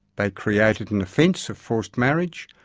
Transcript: they created an offence of forced marriage.